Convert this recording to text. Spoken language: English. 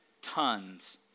Tons